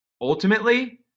ultimately